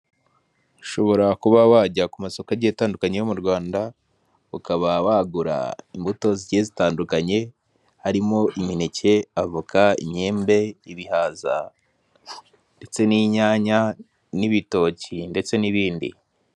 Ushobora kuba wajya ku masoko atandukanye yo mu Rwanda, ukaba wagura imbuto zitandukanye, harimo imineke, avoka, inyembe, ibihaza, ndetse n'inyanya, n'ibitoki ndetse n'ibindi.